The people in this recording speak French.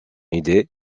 idée